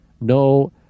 No